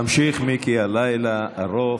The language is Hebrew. תמשיך, מיקי, הלילה ארוך.